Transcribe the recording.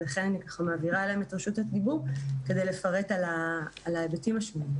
ולכן אני מעבירה להם את רשות הדיבור כדי לפרט על ההיבטים השונים.